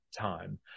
time